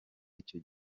icyo